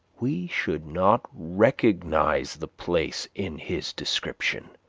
we should not recognize the place in his description.